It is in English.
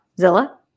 Zilla